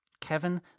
Kevin